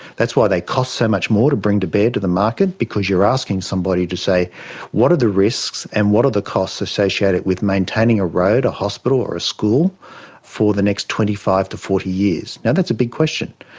that's why they cost so much more to bring to bear to the market because you're asking somebody to say what are the risks and what are the costs associated with maintaining a road, a hospital or school for the next twenty five to forty years? now, that's a big question.